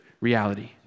reality